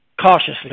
cautiously